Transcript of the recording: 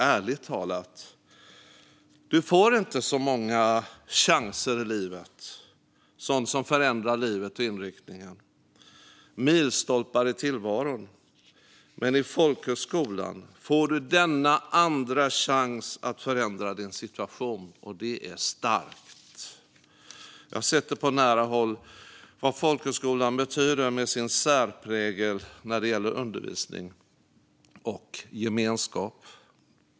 Ärligt talat får man inte så många chanser i livet när det gäller sådant som förändrar livet och inriktningen och innebär milstolpar i tillvaron. Men i folkhögskolan får man denna andra chans att förändra sin situation. Det är starkt! Jag har sett på nära håll vad folkhögskolan betyder med sin särprägel när det gäller undervisning och gemenskap.